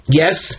yes